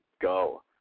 go